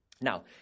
Now